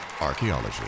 Archaeology